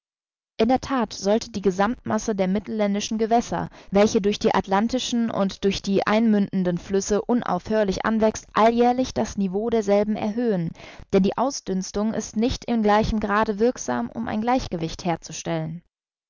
in der that sollte die gesammtmasse der mittelländischen gewässer welche durch die atlantischen und durch die einmündenden flüsse unaufhörlich anwächst alljährlich das niveau derselben erhöhen denn die ausdünstung ist nicht in gleichem grade wirksam um ein gleichgewicht herzustellen